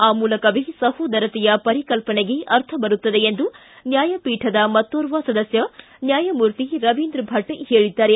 ಆ ಮೂಲಕವೇ ಸಹೋದರತೆಯ ಪರಿಕಲ್ಪನೆಗೆ ಅರ್ಥ ಬರುತ್ತದೆ ಎಂದು ನ್ಯಾಯಪೀಠದ ಮತ್ತೋರ್ವ ಸದಸ್ಯ ನ್ಯಾಯಮೂರ್ತಿ ರವೀಂದ್ರ ಭಟ್ ಹೇಳಿದ್ದಾರೆ